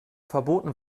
verboten